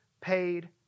paid